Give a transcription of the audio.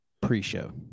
pre-show